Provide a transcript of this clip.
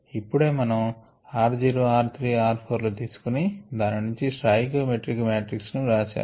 ఇప్పుడే మనం r zero r 3 మరియు r 4 లు తీసుకొని దీని నుంచి స్టాఇకియో మెట్రిక్ మాట్రిక్స్ ని వ్రాశాము